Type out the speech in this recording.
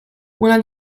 una